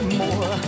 more